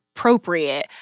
Appropriate